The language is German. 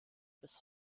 bis